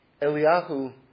Eliyahu